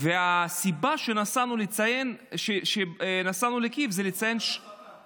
הסיבה שנסענו לקייב היא לציין, גם אתה נסעת?